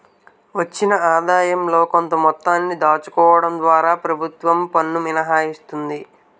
వచ్చిన ఆదాయంలో కొంత మొత్తాన్ని దాచుకోవడం ద్వారా ప్రభుత్వం పన్ను మినహాయిస్తుంది